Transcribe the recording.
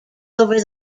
over